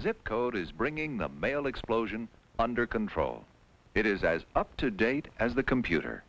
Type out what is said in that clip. zip code is bringing the mail explosion under control it is up to date as the computer